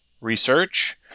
research